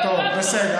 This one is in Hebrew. טוב, בסדר.